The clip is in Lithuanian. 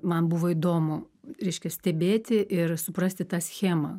man buvo įdomu reiškia stebėti ir suprasti tą schemą